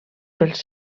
pels